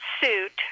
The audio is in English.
suit